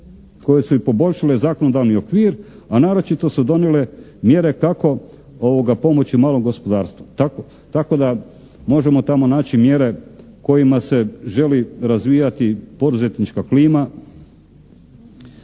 koje su i poboljšale zakonodavni okvir, a naročito su donijele mjere kako pomoći malom gospodarstvu tako da možemo tamo naći mjere kojima se želi razvijati poduzetnička klima,